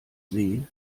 see